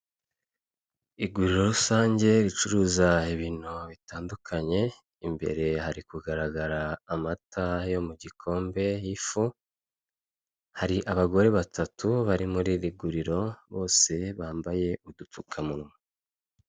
Iguriro rusange ricuruza ibintu bitandukanye, imbere hari kugaragara amata yo mugikombe y'ifu, hari abagore batatu bari muri iri guriro bose bambaye udupfukamunwa.